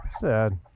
sad